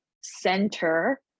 center